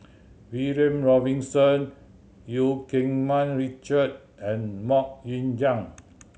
William Robinson Eu Keng Mun Richard and Mok Ying Jang